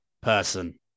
person